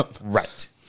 Right